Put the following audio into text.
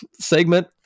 segment